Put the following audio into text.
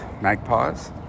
magpies